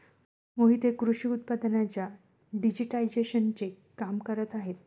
मोहित हे कृषी उत्पादनांच्या डिजिटायझेशनचे काम करत आहेत